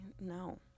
No